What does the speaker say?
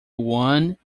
one